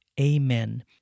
Amen